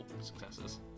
successes